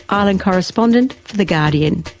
ireland correspondent for the guardian,